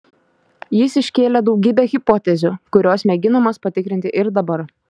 jis iškėlė daugybę hipotezių kurios mėginamos patikrinti ir dabar